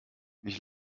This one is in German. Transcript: ich